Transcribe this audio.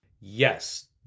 Yes